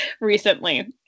recently